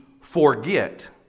forget